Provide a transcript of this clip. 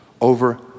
over